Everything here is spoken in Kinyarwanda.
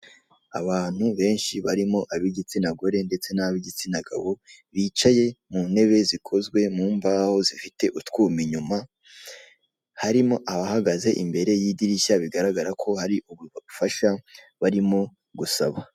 Abantu benshi barimo ab'igitsina gore ndetse n'ab'igitsina gabo bicaye mu ntebe zikozwe mu mbaho zifite utwuma inyuma, harimo abahagaze imbere y'idirishya bigaragara ko hari ubufasha barimo gusaba.